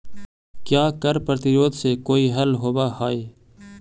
क्या कर प्रतिरोध से कोई हल होवअ हाई